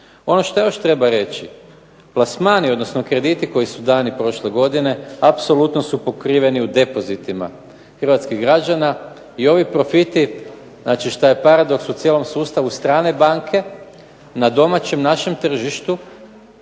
Ono što još treba reći plasmani, odnosno krediti koji su dani prošle godine apsolutno su pokriveni u depozitima hrvatskih građana i ovi profiti, znači šta je paradoks u cijelom sustavu strane banke na domaćem našem tržištu